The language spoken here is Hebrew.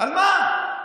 על מה?